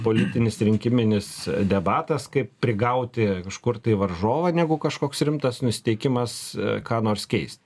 politinis rinkiminis debatas kaip prigauti kažkur tai varžovą negu kažkoks rimtas nusiteikimas ką nors keist